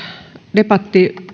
debatti